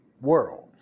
World